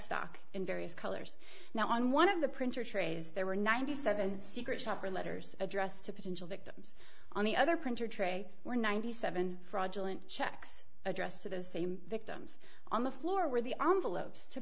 stock in various colors now on one of the printer trays there were ninety seven secret shopper letters addressed to potential victims on the other printer tray were ninety seven fraudulent checks addressed to those same victims on the floor where the